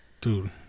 dude